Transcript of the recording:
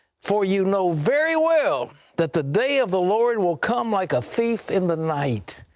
for you know very well that the day of the lord will come like a thief in the night.